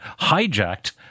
hijacked